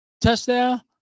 touchdown